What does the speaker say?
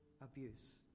abuse